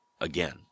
again